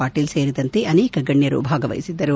ಪಾಟೀಲ್ ಸೇರಿದಂತೆ ಅನೇಕ ಗಣ್ಣರು ಭಾಗವಹಿಸಿದ್ದರು